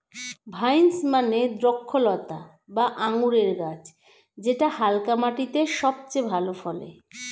vines মানে দ্রক্ষলতা বা আঙুরের গাছ যেটা হালকা মাটিতে সবচেয়ে ভালো ফলে